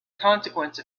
consequence